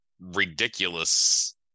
ridiculous